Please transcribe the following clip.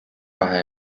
kahe